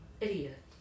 Idiot